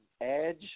Edge